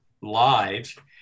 live